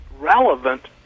relevant